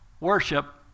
worship